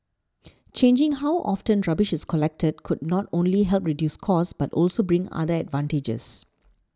changing how often rubbish is collected could not only help to reduce costs but also bring other advantages